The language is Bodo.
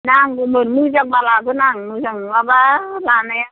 नांगौमोन मोजां बा लाबोनि आं मोजां नङाबा लानाया